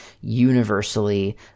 universally